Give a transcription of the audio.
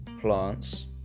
plants